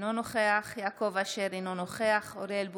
אינו נוכח יעקב אשר, אינו נוכח אוריאל בוסו,